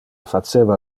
faceva